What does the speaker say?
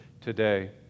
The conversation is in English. today